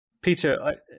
Peter